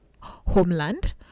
homeland